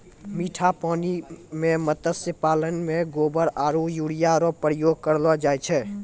मीठा पानी मे मत्स्य पालन मे गोबर आरु यूरिया रो प्रयोग करलो जाय छै